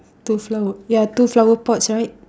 two flower ya two flower pots right